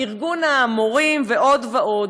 ארגון המורים ועוד ועוד,